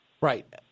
Right